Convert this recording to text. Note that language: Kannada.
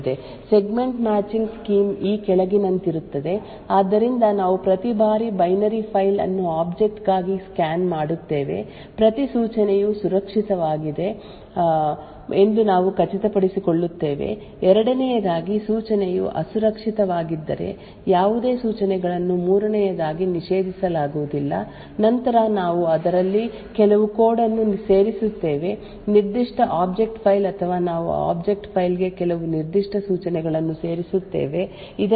ಸೆಗ್ಮೆಂಟ್ ಮ್ಯಾಚಿಂಗ್ ಸ್ಕೀಮ್ ಈ ಕೆಳಗಿನಂತಿರುತ್ತದೆ ಆದ್ದರಿಂದ ನಾವು ಪ್ರತಿ ಬಾರಿ ಬೈನರಿ ಫೈಲ್ ಅನ್ನು ಆಬ್ಜೆಕ್ಟ್ ಗಾಗಿ ಸ್ಕ್ಯಾನ್ ಮಾಡುತ್ತೇವೆ ಪ್ರತಿ ಸೂಚನೆಯು ಸುರಕ್ಷಿತವಾಗಿದೆ ಎಂದು ನಾವು ಖಚಿತಪಡಿಸಿಕೊಳ್ಳುತ್ತೇವೆ ಎರಡನೆಯದಾಗಿ ಸೂಚನೆಯು ಅಸುರಕ್ಷಿತವಾಗಿದ್ದರೆ ಯಾವುದೇ ಸೂಚನೆಗಳನ್ನು ಮೂರನೆಯದಾಗಿ ನಿಷೇಧಿಸಲಾಗುವುದಿಲ್ಲ ನಂತರ ನಾವು ಅದರಲ್ಲಿ ಕೆಲವು ಕೋಡ್ಅನ್ನು ಸೇರಿಸುತ್ತೇವೆ ನಿರ್ದಿಷ್ಟ ಆಬ್ಜೆಕ್ಟ್ ಫೈಲ್ ಅಥವಾ ನಾವು ಆ ಆಬ್ಜೆಕ್ಟ್ ಫೈಲ್ ಗೆ ಕೆಲವು ನಿರ್ದಿಷ್ಟ ಸೂಚನೆಗಳನ್ನು ಸೇರಿಸುತ್ತೇವೆ ಇದರಿಂದಾಗಿ ಕೆಲವು ರನ್ಟೈಮ್ ಚೆಕ್ ಗಳಿವೆ ಎಂದು ಖಚಿತಪಡಿಸಿಕೊಳ್ಳಬಹುದು